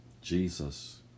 Jesus